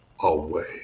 away